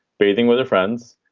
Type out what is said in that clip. bathing with her friends.